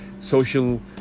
social